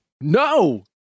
No